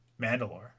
Mandalore